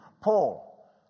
Paul